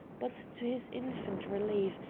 but, to his infinite relief,